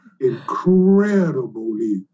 incredibly